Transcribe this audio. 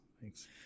Thanks